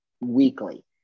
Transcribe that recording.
weekly